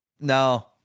No